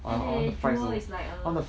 anyway jewel is like a